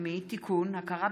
אזרחות),